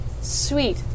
Sweet